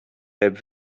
heb